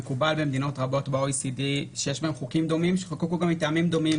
מקובל במדינות רבות ב-OECD שיש בהן חוקים דומים שחוקקו מטעמים דומים,